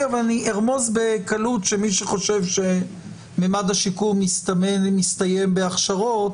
אבל אני ארמוז שמי שחשוב שממד השיקום מסתיים בהכשרות,